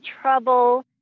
trouble